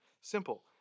Simple